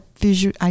visual